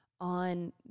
on